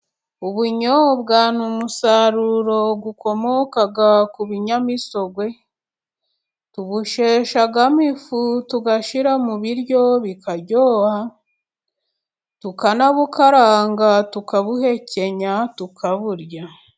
Ubunyobwa ni umusaruro ukomoka ku binyamisogwe. Tubusheshamo ifu tugashyira mu biryo bikaryoha, tukanabukaranga, tukabuhekenya tukaburya.